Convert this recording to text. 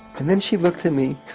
and then she looked at me